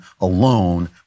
alone